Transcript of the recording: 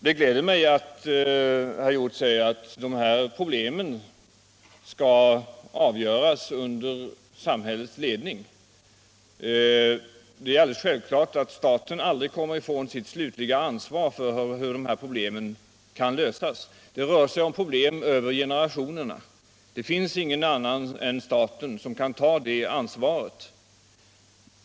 Det gläder mig att herr Hjorth säger att problemen med kärnkraften skall avgöras under samhällets ledning. Det är alldeles självklart att staten aldrig kommer ifrån sitt slutliga ansvar för hur de här problemen skall lösas. Det rör sig om problem över generationerna. Det finns ingen annan än staten som kan ta det ansvaret.